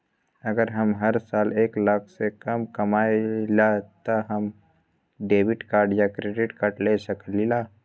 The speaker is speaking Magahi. अगर हम हर साल एक लाख से कम कमावईले त का हम डेबिट कार्ड या क्रेडिट कार्ड ले सकीला?